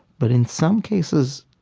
but in some cases,